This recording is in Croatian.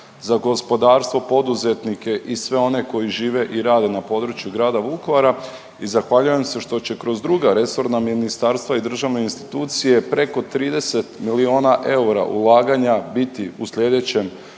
za gospodarstvo, poduzetnike i sve one koji žive i rade na području grada Vukovara i zahvaljujem se što će kroz druga resorna ministarstva i državne institucije preko 30 milijuna eura ulaganja biti u slijedećem